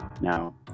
Now